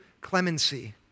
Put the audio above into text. clemency